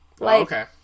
Okay